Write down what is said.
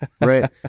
right